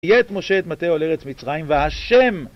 ויט משה את מטהו על ארץ מצרים, וה'!